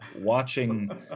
watching